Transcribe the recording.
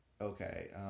okay